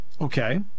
Okay